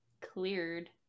cleared